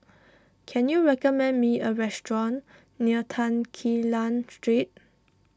can you recommend me a restaurant near Tan Quee Lan Street